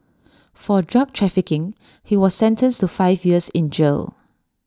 for drug trafficking he was sentenced to five years in jail